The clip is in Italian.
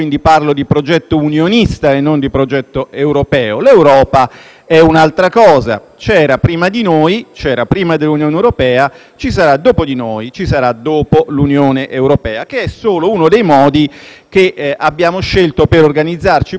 è un'altra cosa: c'era prima di noi, c'era prima dell'Unione europea, ci sarà dopo di noi e ci sarà dopo l'Unione europea, che è solo uno dei modi che abbiamo scelto per organizzarci politicamente; forse, non il modo più efficiente.